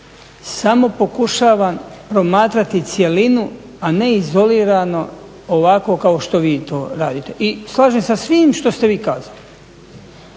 samo pokušavam promatrati cjelinu, a ne izolirano ovako kao što vi to radite. I slažem se sa svim što ste vi kazali.